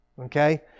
okay